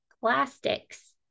plastics